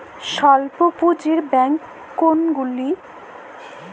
স্বল্প পুজিঁর ব্যাঙ্ক কোনগুলি?